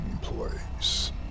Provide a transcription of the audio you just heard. place